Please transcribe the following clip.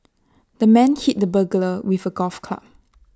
the man hit the burglar with A golf club